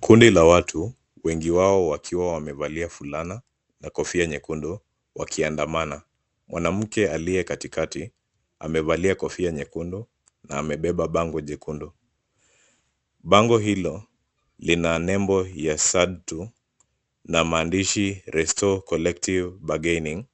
Kundi la watu, wengi wao wakiwa wamevalia fulana, na kofia nyekundu, wakiandamana. Mwanamke aliye katikati, amevalia kofia nyekundu, na amebeba bango jekundu. Bango hilo lina nembo ya satu na maandishi, Restore collective bargaining (cs).